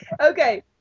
Okay